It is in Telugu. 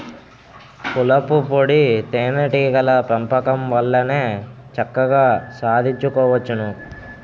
పూలపుప్పొడి తేనే టీగల పెంపకం వల్లనే చక్కగా సాధించుకోవచ్చును